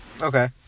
Okay